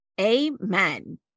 Amen